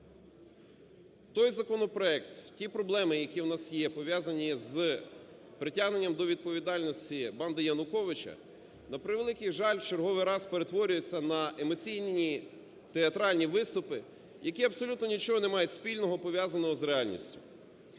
той законопроект, ті проблеми, які у нас є, пов'язані з притягненням до відповідальності банди Януковича, на превеликий жаль, в черговий раз перетворюються на емоційні театральні виступи, які абсолютно нічого не мають спільного, пов'язаного з реальністю.